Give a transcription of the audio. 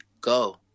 go